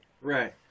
right